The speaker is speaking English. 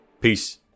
Peace